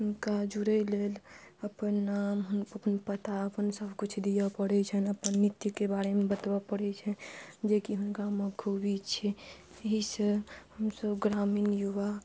हुनका जुड़य लेल अपन नाम अपन पता अपन सबकिछु दियऽ पड़ै छनि अपन नृत्यके बारेमे बतबऽ पड़ै छनि जेकि हुनकर मुख्य छै एहिसँ हमसब ग्रामीण युवा